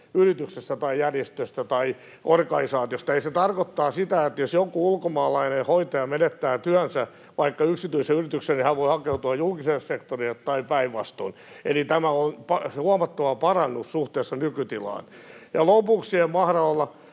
yrityksestä tai järjestöstä tai organisaatiosta. Eli se tarkoittaa sitä, että jos joku ulkomaalainen hoitaja menettää työnsä vaikka yksityisessä yrityksessä, niin hän voi hakeutua julkiselle sektorille tai päinvastoin. Eli tämä on huomattava parannus suhteessa nykytilaan. Lopuksi en malta